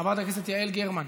חברת הכנסת יעל גרמן,